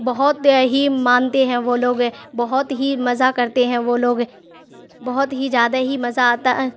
بہت ہی مانتے ہیں وہ لوگ بہت ہی مزہ کرتے ہیں وہ لوگ بہت ہی زیادہ ہی مزہ آتا